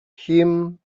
him